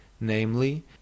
namely